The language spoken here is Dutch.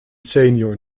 senior